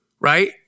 right